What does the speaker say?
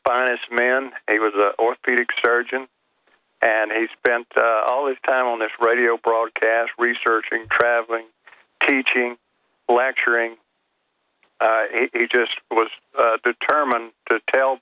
finest man he was an orthopedic surgeon and he spent all his time on this radio broadcast researching traveling teaching lecturing he just was determined to tell